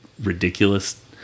ridiculous